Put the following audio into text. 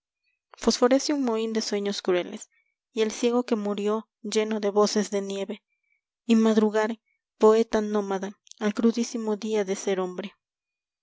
dromedario fosforece un mohín de sueños crueles y el ciego que murió lleno de voces de nieve y madrugar poeta nómada al crudísimo día de ser hombre